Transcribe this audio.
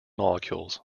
molecules